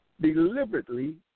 deliberately